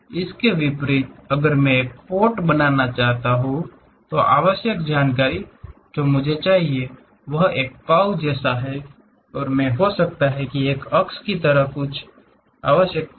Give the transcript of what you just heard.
इसके विपरीत अगर मैं एक पॉट बनाना चाहता हूं तो आवश्यक जानकारी जो मुझे चाहिए वह एक कर्व जैसा है और मैं हो सकता है एक अक्ष की तरह कुछ की आवश्यकता है